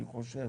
אני חושב,